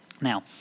Now